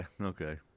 Okay